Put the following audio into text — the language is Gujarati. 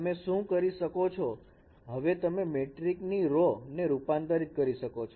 તમે શું કરી શકો છો હવે તમે મેટ્રિકની રો ને રૂપાંતરીત કરી શકો છો